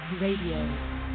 Radio